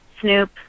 Snoop